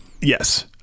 yes